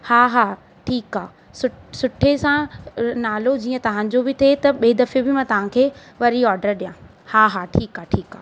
हा हा ठीकु आहे सु सुठे सां अ नालो जीअं तव्हांजो बि थिए त ॿिए दफ़े बि मां तव्हांखे वरी ऑडर ॾिया हा हा ठीकु आहे ठीकु आहे